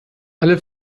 alle